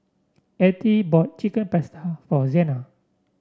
Ethie bought Chicken Pasta for Zena